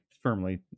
Firmly